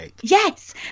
Yes